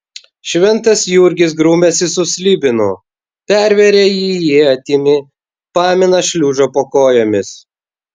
šventas jurgis grumiasi su slibinu perveria jį ietimi pamina šliužą po kojomis